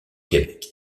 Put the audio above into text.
québec